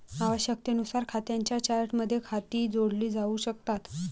आवश्यकतेनुसार खात्यांच्या चार्टमध्ये खाती जोडली जाऊ शकतात